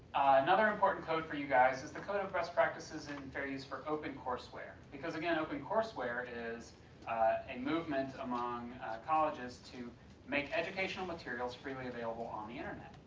another important code for you guys is the code of best practices in fair use for opencourseware because again, opencourseware is a movement among colleges to make educational materials freely available on the internet.